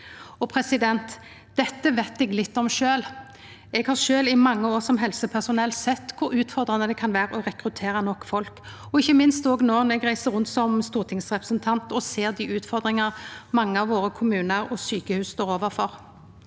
tydeleg. Dette veit eg litt om sjølv. Eg har sjølv i mange år som helsepersonell sett kor utfordrande det kan vera å rekruttera nok folk, og ikkje minst òg no når eg reiser rundt som stortingsrepresentant og ser dei utfordringane mange av kommunane og sjukehusa våre står overfor.